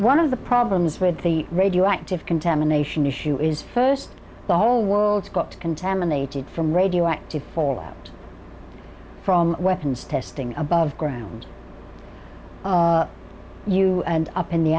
one of the problems with the radioactive contamination issue is first of all worlds got contaminated from radioactive fallout from weapons testing above ground you end up in the